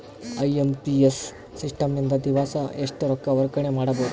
IMPS system ನಿಂದ ದಿವಸಾ ಎಷ್ಟ ರೊಕ್ಕ ವರ್ಗಾವಣೆ ಮಾಡಬಹುದು?